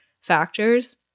factors